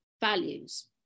values